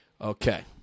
Okay